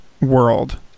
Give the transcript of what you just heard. world